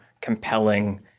compelling